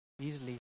easily